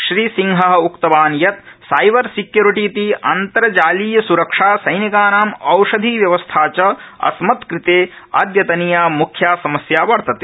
श्री सिंहः उक्तवान् यत् साईबर सिक्योरिटी इति अन्तर्जालीय सुरक्षा सैनिकानाम् औषधिव्यवस्था च अस्मत्कृते अदयतनीया मुख्या समस्या वर्तते